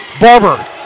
Barber